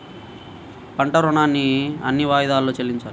పంట ఋణాన్ని ఎన్ని వాయిదాలలో చెల్లించాలి?